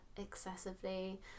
excessively